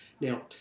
Now